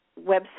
website